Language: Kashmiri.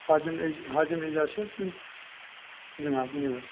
ہازِم ایجاز ہازِم ایجاز چھِ حظ یِم جِناب ؤنِو حظ